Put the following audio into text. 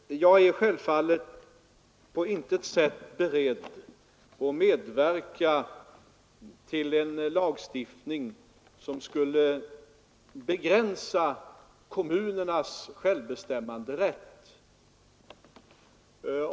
Herr talman! Jag är självfallet på intet sätt beredd att medverka till en lagstiftning som skulle begränsa kommunernas självbestämmanderätt.